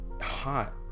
hot